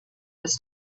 was